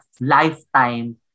lifetime